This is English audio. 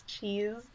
cheese